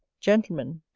gentlemen,